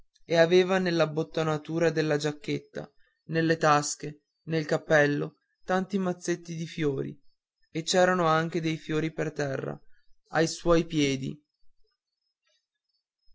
e aveva nell'abbottonatura della giacchetta nelle tasche nel cappello tanti mazzetti di fiori e c'erano anche dei fiori per terra ai suoi piedi